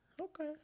okay